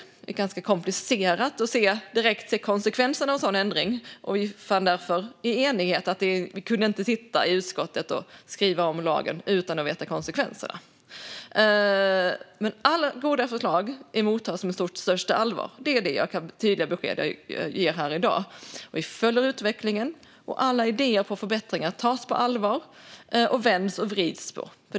Det är ganska komplicerat att direkt se konsekvenserna av en sådan ändring, och vi fann därför i enighet att vi inte kunde sitta i utskottet och skriva om lagen utan att veta konsekvenserna. Alla goda förslag mottas dock med största allvar; det är det tydliga besked jag ger här i dag. Vi följer utvecklingen. Alla idéer om förbättringar tas på allvar, och vi vänder och vrider på dem.